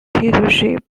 dictatorship